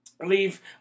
leave